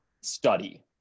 study